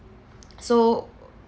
so